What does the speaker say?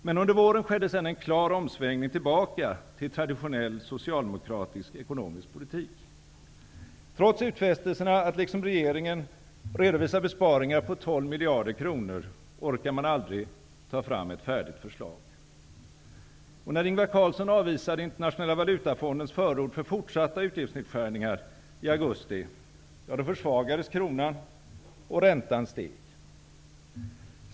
Men under våren skedde en klar omsvängning tillbaka till traditionell socialdemokratisk ekonomisk politik. Trots utfästelserna att liksom regeringen redovisa besparingar på 12 miljarder kronor orkade man aldrig ta fram ett färdigt förslag. När Ingvar Carlsson avvisade Internationella valutafondens förord för fortsatta utgiftsnedskärningar i augusti, försvagades kronan och räntan steg.